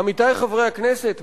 עמיתי חברי הכנסת,